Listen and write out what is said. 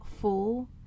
full